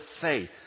faith